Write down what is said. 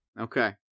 Okay